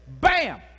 Bam